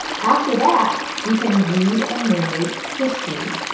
after that we can read and narrate history,